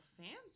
fancy